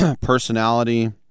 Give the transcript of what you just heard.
personality